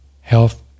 health